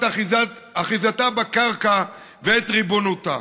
את אחיזתה בקרקע ואת ריבונותה.